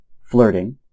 flirting